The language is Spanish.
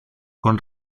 con